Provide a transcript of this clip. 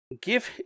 give